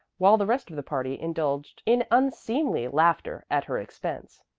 while the rest of the party indulged in unseemly laughter at her expense.